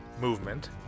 movement